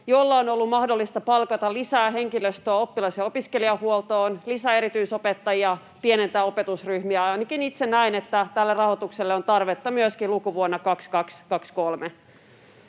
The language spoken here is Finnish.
jolla on ollut mahdollista palkata lisää henkilöstöä oppilas‑ ja opiskelijahuoltoon ja lisää erityisopettajia sekä pienentää opetusryhmiä. Ainakin itse näen, että tälle rahoitukselle on tarvetta myöskin lukuvuonna 22—23.